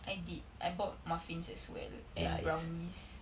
I did I bought muffins as well and brownies